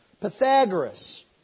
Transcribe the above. Pythagoras